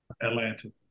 Atlanta